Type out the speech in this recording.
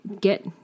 get